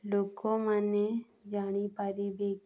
ଲୋକମାନେ ଜାଣିପାରିବେ